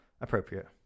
appropriate